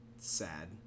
sad